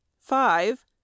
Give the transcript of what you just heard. five